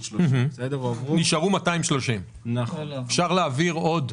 נשארו 230. אפשר להעביר עוד?